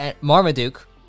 Marmaduke